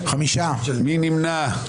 מי נמנע?